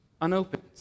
unopened